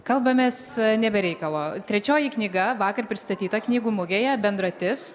kalbamės ne be reikalo trečioji knyga vakar pristatyta knygų mugėje bendratis